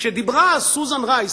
כשדיברה סוזן רייס,